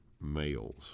males